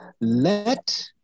let